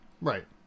Right